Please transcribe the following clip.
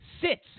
sits